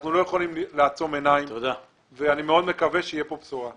אנחנו לא יכולים לעצום עיניים ואני מאוד מקווה שתהיה כאן בשורה.